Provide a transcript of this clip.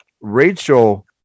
Rachel